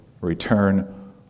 return